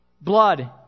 blood